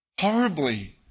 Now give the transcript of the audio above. Horribly